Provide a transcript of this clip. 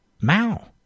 Mao